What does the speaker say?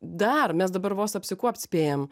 dar mes dabar vos apsikuopt spėjam